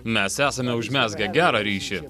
mes esame užmezgę gerą ryšį